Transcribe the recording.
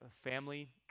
family